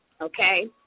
Okay